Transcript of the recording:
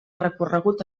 recorregut